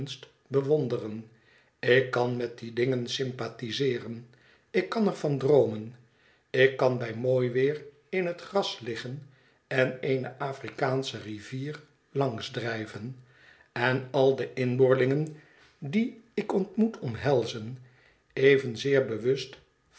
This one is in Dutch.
bewonderen ik kan met die dingen sympathiseeren ik kan er van droomen ik kan bij mooi weer in het gras liggen en eene afrikaansche rivier langs drijven en al de inboorlingen die ik ontmoet omhelzen evenzeer bewust